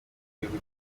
gihugu